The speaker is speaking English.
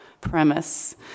premise